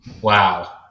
Wow